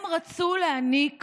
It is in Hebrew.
הם רצו להעניק